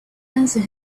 answer